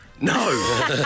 No